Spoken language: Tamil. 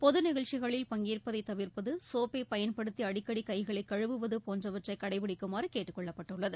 பொது நிகழ்ச்சிகளில் பங்கேற்பதை தவிர்ப்பது சோப்பை பயன்படுத்தி அடிக்கடி கைகளை கழுவுவது போன்றவற்றை கடைப்பிடிக்குமாறு கேட்டுக்கொள்ளப்பட்டுள்ளது